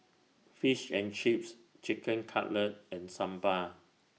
Fish and Chips Chicken Cutlet and Sambar